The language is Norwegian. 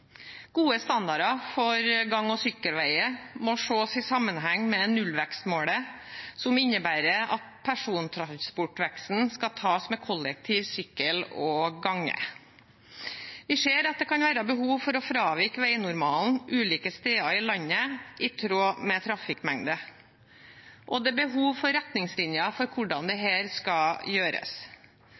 Gode standarder for gang- og sykkelveier må ses i sammenheng med nullvekstmålet, som innebærer at persontransportveksten skal tas med kollektiv, sykkel og gange. Vi ser at det kan være behov for å fravike veinormalen ulike steder i landet, i tråd med trafikkmengde, og det er behov for retningslinjer for hvordan dette skal gjøres.